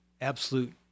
absolute